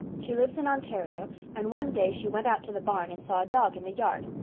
she lives in ontario and one day she went out to the barn and saw a dog in the yard.